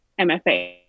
MFA